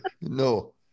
No